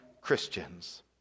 Christians